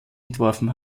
entworfen